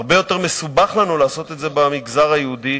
הרבה יותר מסובך לנו לעשות את זה במגזר היהודי,